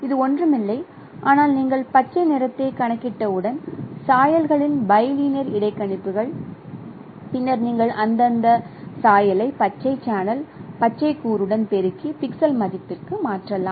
இது ஒன்றுமில்லை ஆனால் நீங்கள் பச்சை நிறத்தை கணக்கிட்டவுடன் சாயல்களின் பை லினியர் இடைக்கணிப்புகள் பின்னர் நீங்கள் அந்தந்த சாயலை பச்சை சேனல் பச்சை கூறுடன் பெருக்கி பிக்சல் மதிப்பிற்கு மாற்றலாம்